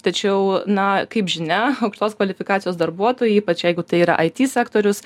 tačiau na kaip žinia aukštos kvalifikacijos darbuotojų ypač jeigu tai yra it sektorius